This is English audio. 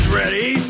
ready